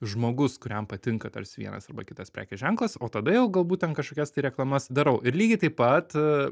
žmogus kuriam patinka tarsi vienas arba kitas prekės ženklas o tada jau galbūt ten kažkokias tai reklamas darau ir lygiai taip pat